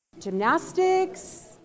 Gymnastics